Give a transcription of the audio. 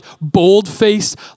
bold-faced